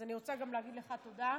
אז אני רוצה גם להגיד לך תודה.